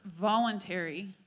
voluntary